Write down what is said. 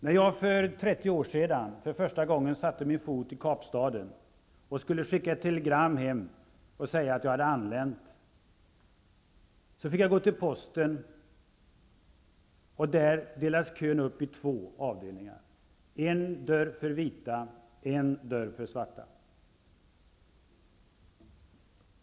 När jag för 30 år sedan för första gången satte min fot i Kapstaden och skulle skicka ett telegram hem och säga att jag hade anlänt fick jag gå till posten; där delades kön upp i två avdelningar: en dörr för vita och en dörr för svarta.